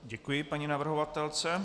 Děkuji paní navrhovatelce.